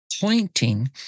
pointing